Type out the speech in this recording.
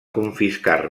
confiscar